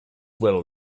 well